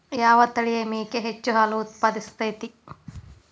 ಯಾವ ತಳಿಯ ಮೇಕೆ ಹೆಚ್ಚು ಹಾಲು ಉತ್ಪಾದಿಸತೈತ್ರಿ?